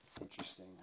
Interesting